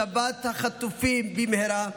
השבת החטופים במהרה,